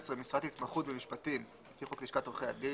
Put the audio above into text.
(11) משרת התמחות במשפטים לפי חוק לשכת עורכי הדין,